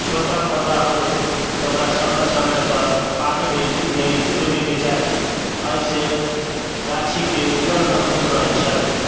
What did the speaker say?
छोटा पौधा होइ तऽ ओकरा समय समयपर पानी दै देबैके चाही एहिसँ गाछीके जड़ि मजबूत रहै छै